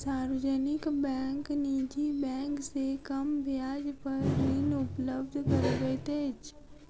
सार्वजनिक बैंक निजी बैंक से कम ब्याज पर ऋण उपलब्ध करबैत अछि